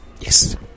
Yes